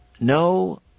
no